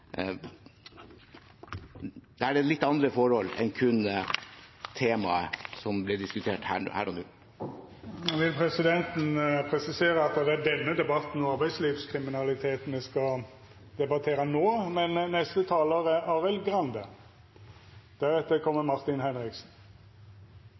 det litt andre forhold enn kun det temaet som blir diskutert her og nå. Presidenten vil presisera at det er denne debatten, om arbeidslivskriminalitet, me skal behandla no. Jeg kan forsikre om at Arbeiderpartiet er